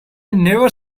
never